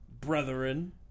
Brethren